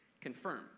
Confirm